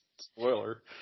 Spoiler